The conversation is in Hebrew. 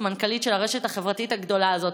מנכ"לית של הרשת החברתית הגדולה הזאת,